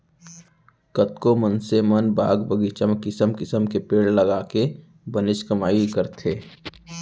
कतको मनसे मन बाग बगीचा म किसम किसम के पेड़ लगाके बनेच कमाई करथे